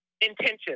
Intention